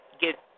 get